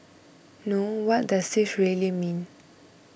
no what does this really mean